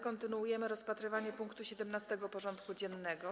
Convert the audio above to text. Kontynuujemy rozpatrywanie punktu 17. porządku dziennego.